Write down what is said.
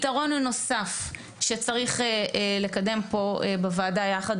פתרון נוסף שצריך לקדם פה בוועדה יחד